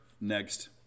next